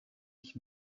ich